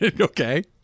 Okay